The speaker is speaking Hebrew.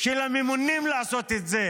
אישן בשקט כך שהם באמת יילחמו בתופעה?